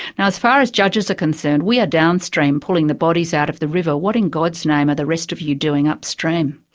now as far as judges are concerned we are downstream pulling the bodies out of the river what in god's name are the rest of you doing upstream?